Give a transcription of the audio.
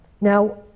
Now